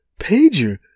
pager